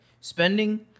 spending